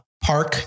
park